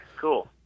cool